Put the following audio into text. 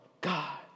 God